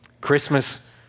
Christmas